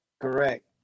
Correct